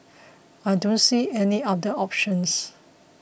I don't see any other option